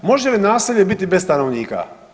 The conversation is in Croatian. Može li naselje biti bez stanovnika?